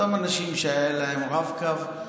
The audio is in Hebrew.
אותם אנשים שהיה להם רב-קו,